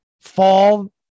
fall